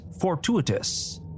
fortuitous